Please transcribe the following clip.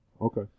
okay